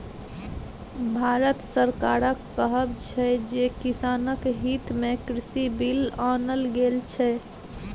भारत सरकारक कहब छै जे किसानक हितमे कृषि बिल आनल गेल छै